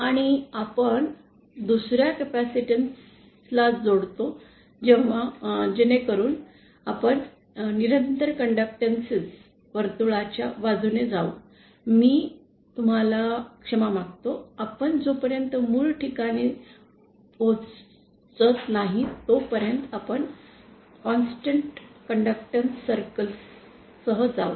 आणि नंतर आपण दुसर्या कॅपेसिटन्सcapacitance ला जोडतो जेणेकरून आपण निरंतर कडक्टॅन्स वर्तुळाच्या बाजूने जाऊ मी तुम्हाला क्षमा मागतो आपण जोपर्यंत मूळ ठिकाणी पोहोचत नाही तोपर्यंत आपण निरंतर कडक्टॅन्स वर्तुळासह जाऊ